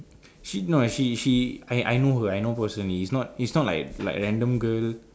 she no ah she she I I know her I know her personally it's not it's not like like random girl